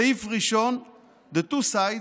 סעיף ראשון:The two sides,